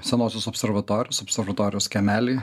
senosios observatorijos observatorijos kiemely